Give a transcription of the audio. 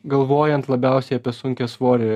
galvojant labiausiai apie sunkiasvorį